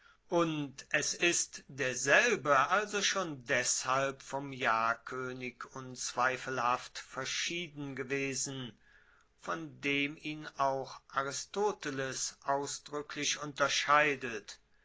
und es ist derselbe also schon deshalb vom jahrkoenig unzweifelhaft verschieden gewesen von dem ihn auch aristoteles ausdruecklich unterscheidet